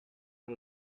our